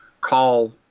call